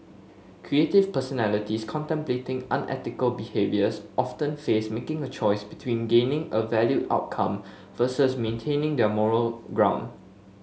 creative personalities contemplating unethical behaviours often face making a choice between gaining a valued outcome versus maintaining their moral ground